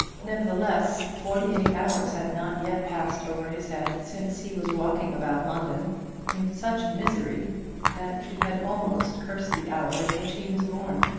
nevertheless, forty-eight hours had not yet passed over his head since he was walking about london in such misery that he had almost cursed the hour in which he was born.